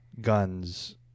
guns